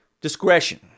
discretion